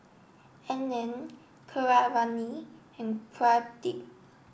Anand Keeravani and Pradip